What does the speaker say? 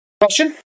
Question